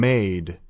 Made